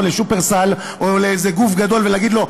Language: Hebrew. לשופרסל או לאיזה גוף גדול ולהגיד לו,